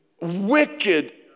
wicked